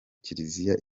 kiliziya